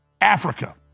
Africa